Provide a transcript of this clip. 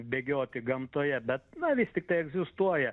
bėgioti gamtoje bet na vis tiktai egzistuoja